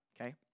okay